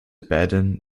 beiden